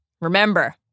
remember